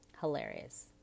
Hilarious